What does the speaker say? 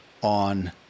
on